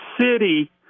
city